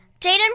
Jaden